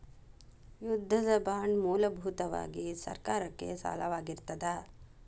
ಯುದ್ಧದ ಬಾಂಡ್ ಮೂಲಭೂತವಾಗಿ ಸರ್ಕಾರಕ್ಕೆ ಸಾಲವಾಗಿರತ್ತ